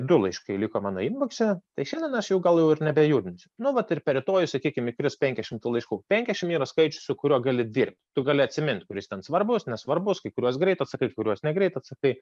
du laiškai liko mano inbokse tai šiandien aš jau gal jau ir nebejudinsiu nu vat ir per ir rytoj sakykime įkris penkiasdešimt laiškų penkiasdešimt yra skaičius su kuriuo gali dirbti tu gali atsimint kuris ten svarbus nesvarbus kai kuriuos greit atsakaikai kuriuos negreit atsakai